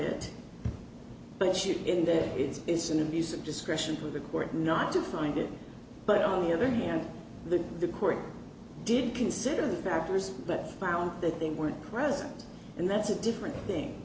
it but should in that it is an abuse of discretion to the court not to find it but on the other hand the court did consider the factors but found that they weren't present and that's a different thing